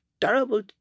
terrible